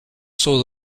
saw